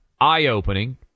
eye-opening